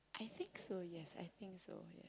I think so yes I think so yes